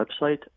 website